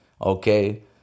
Okay